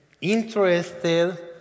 interested